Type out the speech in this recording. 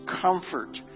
comfort